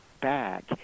back